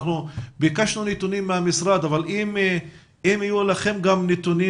אנחנו ביקשנו נתונים מהמשרד אבל אם יהיו גם לכם נתונים,